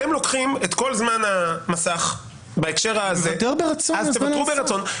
אתם לוקחים את כל זמן המסך בהקשר הזה -- אני מוותר ברצון על זמן המסך.